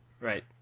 Right